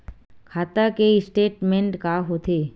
खाता के स्टेटमेंट का होथे?